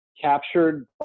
captured